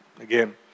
again